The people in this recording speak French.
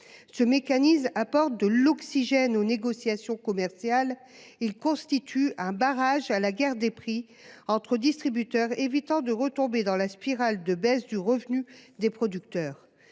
Ce mécanisme apporte de l'oxygène aux négociations commerciales ; il constitue un barrage à la guerre des prix entre distributeurs et nous permet d'éviter de retomber dans la spirale de baisse du revenu des producteurs.